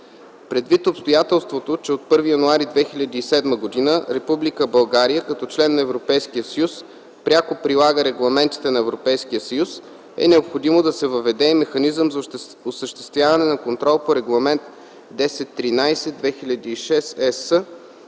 Предвид обстоятелството, че от 1 януари 2007 г. Република България, като член на Европейския съюз, пряко прилага регламентите на Европейския съюз, е необходимо да се въведе и механизъм за осъществяване на контрол по Регламент 1013/2006/ЕС